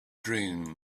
dreams